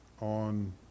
on